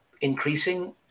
increasing